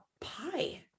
pie